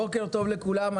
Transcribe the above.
בוקר טוב לכולם.